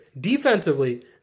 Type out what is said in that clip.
Defensively